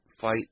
fight